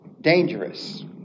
Dangerous